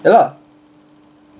ya lah